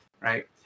Right